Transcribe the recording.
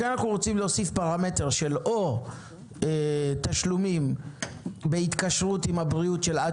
לכן אנו רוצים להוסיף פרמטר של או תשלומים בהתקשרות עם הבריאות של עד